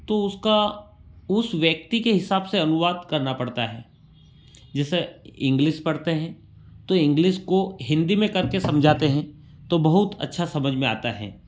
तो उसका उस व्यक्ति के हिसाब से अनुवाद करना पड़ता है जैसे इंग्लिस पढ़ते हैं तो इंग्लिस को हिंदी में करके समझाते हैं तो बहुत अच्छा समझ में आता हैं